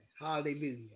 Hallelujah